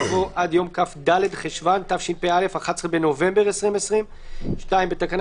יבוא: עד יום כ"ד חשוון התשפ"א (11 בנובמבר 2020). 2. בתקנה